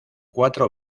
cuatro